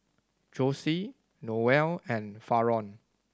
Jossie Noel and Faron